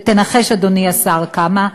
ותנחש, אדוני השר, כמה?